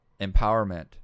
empowerment